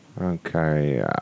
Okay